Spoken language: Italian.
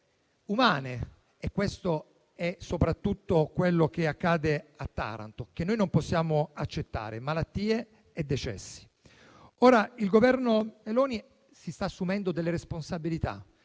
umane. Questo è soprattutto quello che accade a Taranto, che noi non possiamo accettare: malattie e decessi. Il Governo Meloni si sta assumendo delle responsabilità.